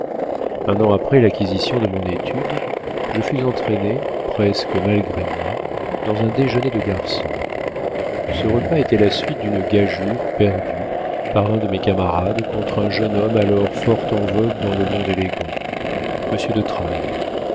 un an après l'acquisition de mon étude je fus entraîné presque malgré moi dans un déjeuner de garçon ce repas était la suite d'une gageure perdue par un de mes camarades contre un jeune homme alors fort en vogue dans le monde élégant monsieur de trailles